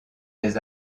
des